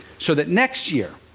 so that next year,